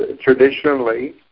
traditionally